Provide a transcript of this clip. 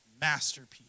masterpiece